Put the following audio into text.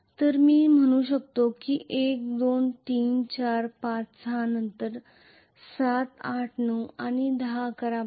तर मी म्हणू शकतो की 1 2 3 4 5 6 नंतर 7 8 9 आणि 10 11 12